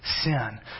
sin